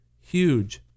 huge